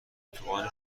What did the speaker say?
اتوبان